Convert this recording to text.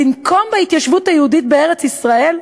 לנקום בהתיישבות היהודית בארץ-ישראל?